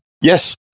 yes